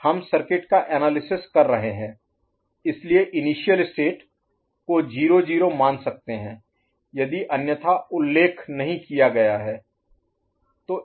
हम सर्किट का एनालिसिस कर रहे हैं इसलिए इनिशियल स्टेट को 0 0 मान सकते हैं यदि अन्यथा उल्लेख नहीं किया गया है तो